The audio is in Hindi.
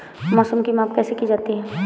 मौसम की माप कैसे की जाती है?